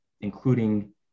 including